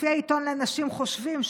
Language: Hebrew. לפי העיתון לאנשים חושבים,